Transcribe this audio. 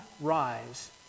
rise